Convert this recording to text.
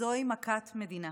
וזוהי מכת מדינה.